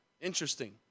Interesting